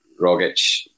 Rogic